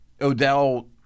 Odell